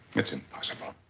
that's impossible.